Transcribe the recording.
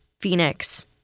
Phoenix